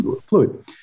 fluid